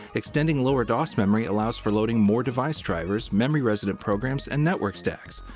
extending lower dos memory allows for loading more device drivers, memory-resident programs, and network stacks.